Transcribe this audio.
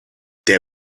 der